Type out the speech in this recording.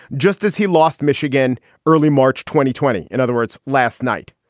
just as he lost michigan early march twenty twenty. in other words, last night,